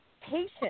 patient